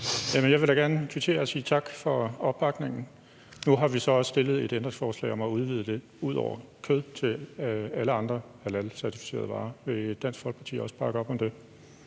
jeg vil da gerne kvittere og sige tak for opbakningen. Nu har vi jo stillet et ændringsforslag om at udvide det til ud over kød også at gælde for alle andre halalcertificerede varer. Vil Dansk Folkeparti også bakke op om det?